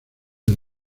del